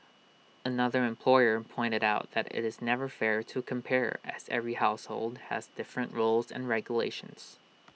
another employer pointed out that IT is never fair to compare as every household has different rules and regulations